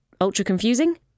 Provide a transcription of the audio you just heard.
Ultra-confusing